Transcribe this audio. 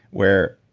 where,